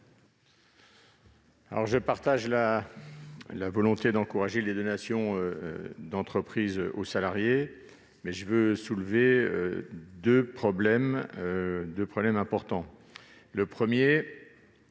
Je partage la volonté d'encourager les donations d'entreprises aux salariés, mais je veux soulever deux problèmes importants.